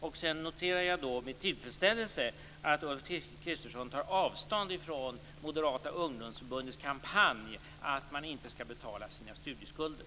Jag noterar med tillfredsställelse att Ulf Kristersson tar avstånd från Moderata ungdomsförbundets kampanj att man inte skall betala sina studieskulder.